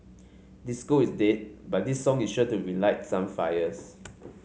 disco is dead but this song is sure to relight some fires